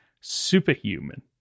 superhuman